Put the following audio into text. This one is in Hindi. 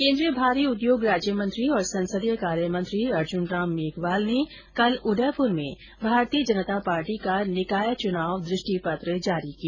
केन्द्रीय भारी उद्योग राज्यमंत्री और संसदीय कार्यमंत्री अर्जुनराम मेघवाल ने कल उदयपुर में भारतीय जनता पार्टी का निकाय चुनाव दृष्टिपत्र जारी किया